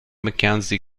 mackenzie